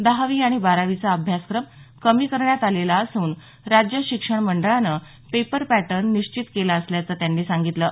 दहावी आणि बारावीचा अभ्यासक्रम कमी करण्यात आलेला असून राज्य शिक्षण मंडळानं पेपर पॅटर्न निश्चित केला असल्याचं शिक्षणमंत्र्यांनी सांगितलं आहे